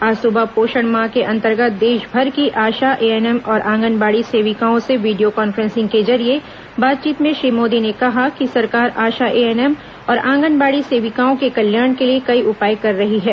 आज सुबह पोषण माह के अंतर्गत देशभर की आशा एएनएम और आंगनबाड़ी सेविकाओं से वीडियो कांफ्रेंसिंग के जरिये बातचीत में श्री मोदी ने कहा कि सरकार आशा एएनएम आंगनबाड़ी सेविकाओं के कल्याण के लिए कई उपाय कर रही है